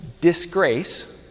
disgrace